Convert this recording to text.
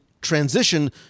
transition